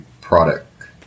product